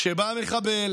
כשבא מחבל